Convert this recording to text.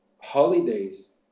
holidays